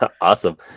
awesome